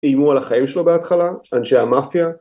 איימו על החיים שלו בהתחלה, אנשי המאפיה